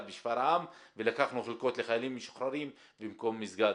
בשפרעם ולקחנו חלקות לחיילים משוחררים במקום מסגד.